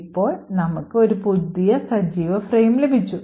ഇപ്പോൾ നമുക്ക് ഒരു പുതിയ സജീവമായ ഫ്രെയിം ലഭിച്ചു